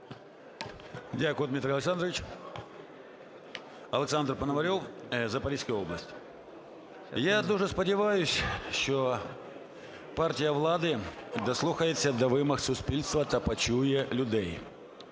Дякую, Дмитро Олександрович. Олександр Пономарьов, Запорізька область. Я дуже сподіваюсь, що партія влади дослухається до вимог суспільства та почує людей,